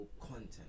content